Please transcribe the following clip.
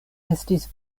estis